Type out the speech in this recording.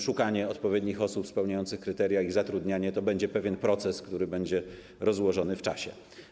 Szukanie odpowiednich osób, które spełniają kryteria, i ich zatrudnianie to będzie pewien proces, który będzie rozłożony w czasie.